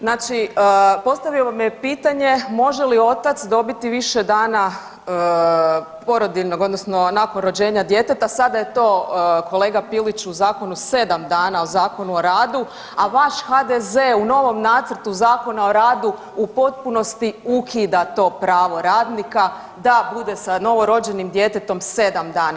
Znači postavio vam je pitanje može li otac dobiti više dana porodiljnog odnosno nakon rođenja djeteta sada je to kolega Piliću u zakonu 7 dana u Zakonu o radu, a vaš HDZ u novom nacrtu Zakona u radu u potpunosti ukida to pravo radnika da bude sa novorođenim djetetom 7 dana.